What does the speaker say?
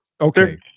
Okay